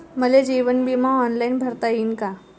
मले जीवन बिमा ऑनलाईन भरता येईन का?